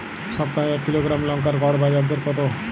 সপ্তাহে এক কিলোগ্রাম লঙ্কার গড় বাজার দর কতো?